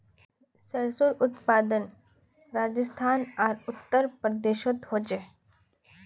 सर्सोंर उत्पादन राजस्थान आर उत्तर प्रदेशोत होचे